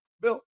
Bill